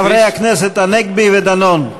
חברי הכנסת הנגבי ודנון,